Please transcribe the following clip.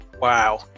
Wow